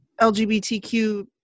LGBTQ